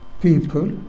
People